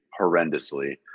horrendously